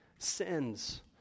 sins